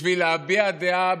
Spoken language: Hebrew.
בשביל להביע דעה,